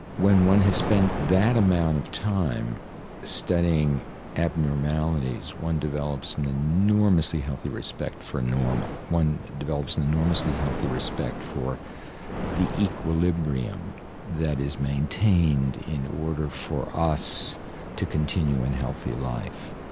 when one has spent that amount of time studying abnormalities, one develops an enormously healthy respect for normal. one develops an enormously healthy respect for the equilibrium that is maintained in order for us to continue in healthy life,